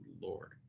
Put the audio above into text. Lord